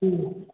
ம்